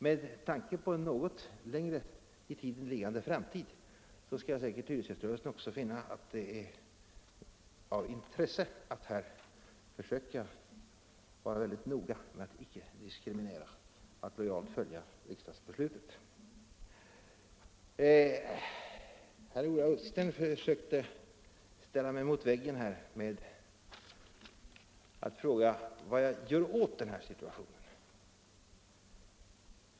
Med tanke på en något avlägsnare framtid skall hyresgäströrelsen säkert också finna att det är av intresse att här vara mycket noga med att lojalt följa riksdagsbeslutet. Herr Ullsten ville ställa mig mot väggen genom att fråga vad jag gör åt den nuvarande situationen.